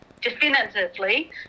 definitively